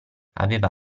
aveva